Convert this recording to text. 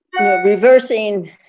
reversing